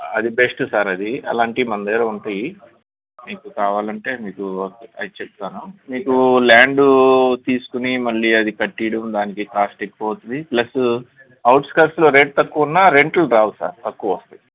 అది best sir అది అలాంటియి మందెగ్గర ఉంటయి మీకు కావాలంటే మీకు అయ్ చెప్తాను మీకు ల్యాండూ తీస్కుని మళ్ళీ అది కట్టీడం దానికి కాస్ట్ ఎక్కువవుతది ప్లస్సు ఔట్స్కట్స్లో రేటు తక్కువున్నా రెంట్లు రావు సార్ తక్కువస్తయి